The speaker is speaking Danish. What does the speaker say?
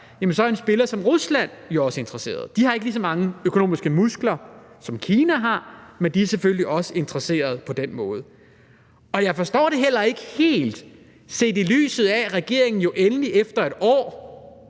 sådan en spiller som Rusland også er interesseret. De har ikke lige så mange økonomiske muskler, som Kina har, men de er selvfølgelig også interesserede på den måde. Og jeg forstår det heller ikke helt, set i lyset af at regeringen endelig efter et år